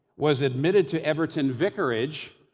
was admitted to everton vicarage,